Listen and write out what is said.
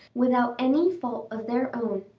without any fault of their own,